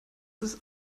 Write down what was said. ist